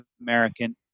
American